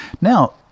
Now